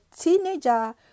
teenager